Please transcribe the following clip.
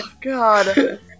God